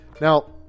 Now